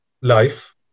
life